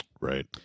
Right